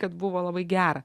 kad buvo labai gera